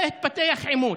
התפתח עימות,